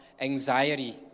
anxiety